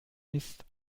ist